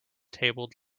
tabled